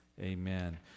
Amen